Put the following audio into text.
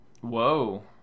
Whoa